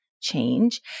change